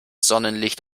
sonnenlicht